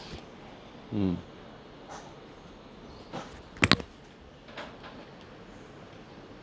mm